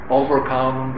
overcome